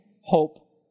hope